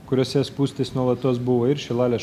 kuriose spūstys nuolatos buvo ir šilalė